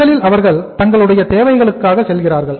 முதலில் அவர்கள் தங்களுடைய தேவைகளுக்காக செல்கிறார்கள்